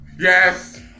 Yes